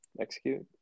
execute